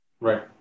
Right